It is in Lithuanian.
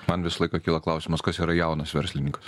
man visą laiką kyla klausimas kas yra jaunas verslininkas